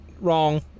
wrong